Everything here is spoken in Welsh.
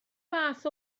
fath